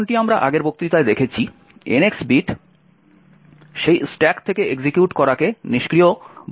যেমনটি আমরা আগের বক্তৃতায় দেখেছি NX বিট সেই স্ট্যাক থেকে এক্সিকিউট করাকে নিষ্ক্রিয় করবে